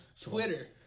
Twitter